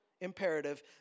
imperative